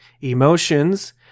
Emotions